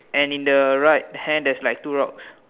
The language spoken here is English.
and in the right hand there's like two rocks